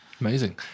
Amazing